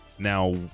Now